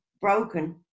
broken